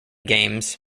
games